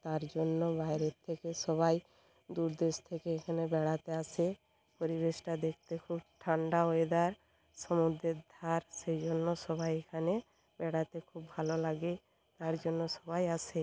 তার জন্য বাইরের থেকে সবাই দূর দেশ থেকে এখানে বেড়াতে আসে পরিবেশটা দেখতে খুব ঠান্ডা ওয়েদার সমুদ্রের ধার সেই জন্য সবাই এখানে বেড়াতে খুব ভালো লাগে তার জন্য সবাই আসে